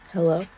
Hello